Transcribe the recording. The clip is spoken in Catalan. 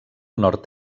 nord